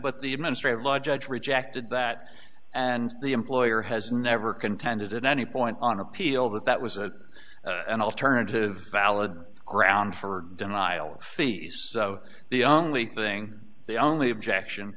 but the administrative law judge rejected that and the employer has never contended at any point on appeal that that was a an alternative valid grounds for denial of fees so the only thing the only objection